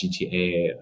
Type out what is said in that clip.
GTA